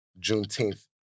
Juneteenth